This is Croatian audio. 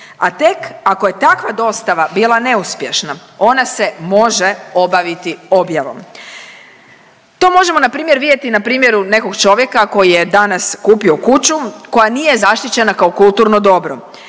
a tek ako je takva dostava bila neuspješna ona se može obaviti objavom. To možemo npr. vidjeti na primjeru nekog čovjeka koji je danas kupio kuću koja nije zaštićena kao kulturno dobro,